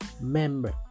member